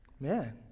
Man